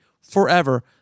forever